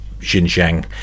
Xinjiang